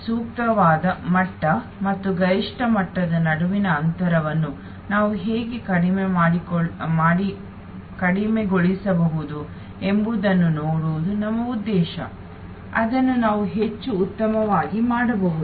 ಆದ್ದರಿಂದ ಸೂಕ್ತವಾದ ಮಟ್ಟ ಮತ್ತು ಗರಿಷ್ಠ ಮಟ್ಟದ ನಡುವಿನ ಅಂತರವನ್ನು ನಾವು ಹೇಗೆ ಕಡಿಮೆಗೊಳಿಸಬಹುದು ಎಂಬುದನ್ನು ನೋಡುವುದು ನಮ್ಮ ಉದ್ದೇಶ ಅದನ್ನು ನಾವು ಹೆಚ್ಚು ಉತ್ತಮವಾಗಿ ಮಾಡಬಹುದು